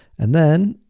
and then,